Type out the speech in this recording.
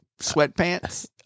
sweatpants